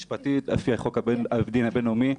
משפטית, לפי הדין הבין-לאומי,